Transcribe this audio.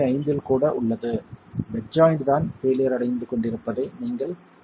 5 இல் கூட உள்ளது பெட் ஜாய்ண்ட்தான் பெயிலியர் அடைந்து கொண்டிருப்பதை நீங்கள் பார்க்கலாம்